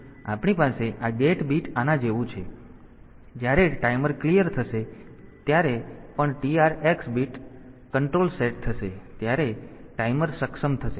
તેથી આપણી પાસે આ ગેટ બીટ આના જેવું છે જ્યારે ટાઈમર ક્લિઅર થશે ત્યારે જ્યારે પણ TR x control bit set થશે ત્યારે ટાઈમર સક્ષમ થશે